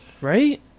right